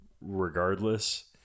regardless